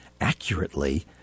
accurately